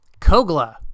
Kogla